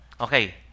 okay